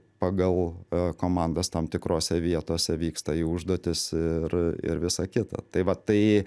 pagal komandas tam tikrose vietose vyksta į užduotis ir ir visa kita tai va tai